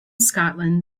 scotland